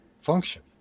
function